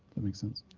that makes sense.